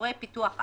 לאזורי פיתוח א'